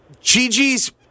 Gigi's